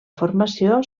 formació